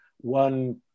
one